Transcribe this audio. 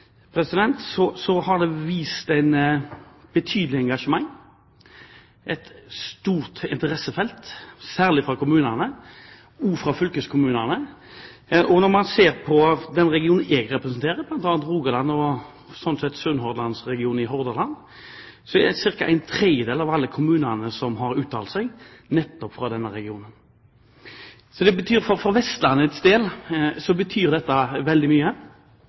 har vist et betydelig engasjement og et stort interessefelt, særlig fra kommunene og fylkeskommunene. Når man ser på den regionen jeg representerer, bl.a. Rogaland og, sånn sett, Sunnhordland i Hordaland, er ca. en tredel av alle kommunene som har uttalt seg, nettopp fra denne regionen. For Vestlandets del betyr dette veldig mye. Derfor er jeg veldig glad for at statsråden for